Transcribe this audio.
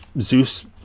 Zeus